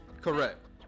Correct